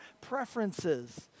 preferences